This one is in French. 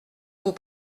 vous